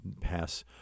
pass